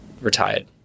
retired